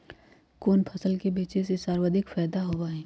कोन फसल के बेचे से सर्वाधिक फायदा होबा हई?